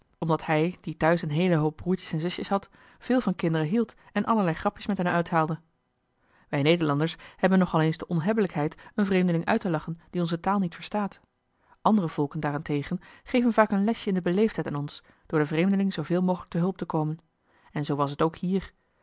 omdat hij die thuis een heelen hoop broertjes en zusjes had veel van kinderen hield en allerlei grapjes met hen uithaalde wij nederlanders hebben nogal eens de onhebbelijkheid een vreemdeling uit te lachen die onze taal niet verstaat andere volken daarentegen geven vaak joh h been paddeltje de scheepsjongen van michiel de ruijter een lesje in de beleefdheid aan ons door den vreemdeling zooveel mogelijk te hulp te komen en zoo was het ook hier